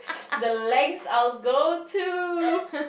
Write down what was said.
the lengths I will go to